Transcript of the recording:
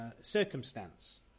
circumstance